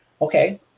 Okay